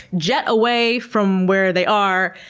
jet away from where they are,